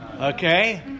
Okay